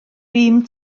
bûm